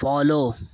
follow